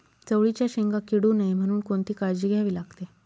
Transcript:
चवळीच्या शेंगा किडू नये म्हणून कोणती काळजी घ्यावी लागते?